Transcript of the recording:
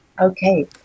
okay